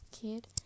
kid